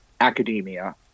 academia